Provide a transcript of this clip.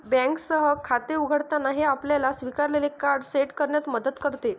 बँकेसह खाते उघडताना, हे आपल्याला स्वीकारलेले कार्ड सेट करण्यात मदत करते